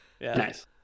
Nice